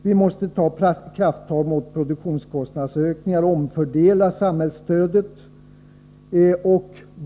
Vi måste ta krafttag mot produktionskostnadsökningar och omfördela samhällsstödet.